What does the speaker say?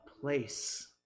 place